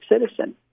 citizen